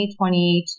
2022